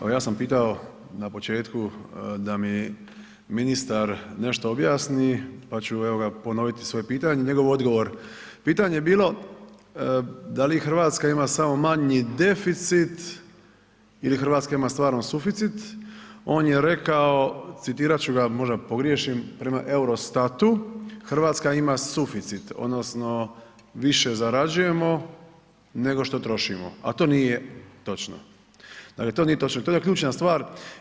Evo ja sam pitao na početku da mi ministar nešto objasni, pa ću evo ja ponoviti svoje pitanje, njegov odgovor, pitanje je bilo da li RH ima samo manji deficit ili RH ima stvarno suficit, on je rekao, citirat ću ga, možda pogriješim, prema Eurostatu RH ima suficit odnosno više zarađujemo nego što trošimo, a to nije točno, dakle to nije točno, to je ključna stvar.